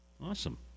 awesome